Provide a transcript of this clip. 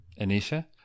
Anisha